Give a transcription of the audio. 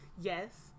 yes